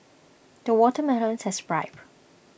the watermelons has ripened